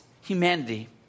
humanity